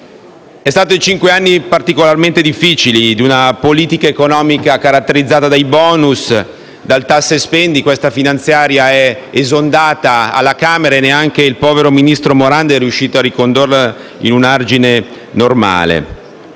stati cinque anni particolarmente difficili, con una politica economica caratterizzata dai *bonus* e dal «tassa e spendi». Questa finanziaria è esondata alla Camera e neanche il povero vice ministero Morando è riuscito a ricondurla in un argine normale.